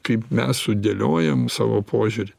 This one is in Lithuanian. kaip mes sudėliojam savo požiūrį